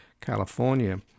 California